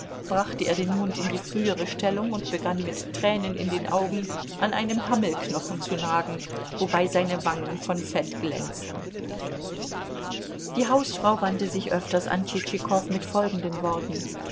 brachte er den mund in die frühere stellung und begann mit tränen in den augen an einem hammelknochen zu nagen wobei seine wangen von fett glänzten die hausfrau wandte sich öfters an tschitschikow mit folgenden worten